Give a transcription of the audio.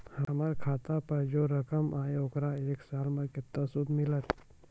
हमर खाता पे जे रकम या ओकर एक साल मे केतना सूद मिलत?